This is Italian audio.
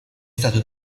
stato